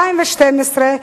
ו-2012,